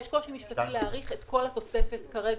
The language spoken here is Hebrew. יש קושי משפטי להאריך את כל התוספת כרגע,